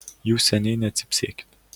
jūs seniai necypsėkit